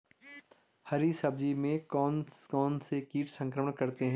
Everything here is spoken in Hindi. हरी सब्जी में कौन कौन से कीट संक्रमण करते हैं?